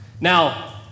Now